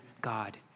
God